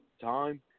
time